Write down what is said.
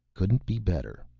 couldn't be better.